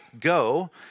go